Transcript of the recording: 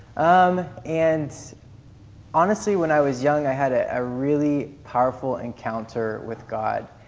um and honestly, when i was young, i had a ah really powerful encounter with god.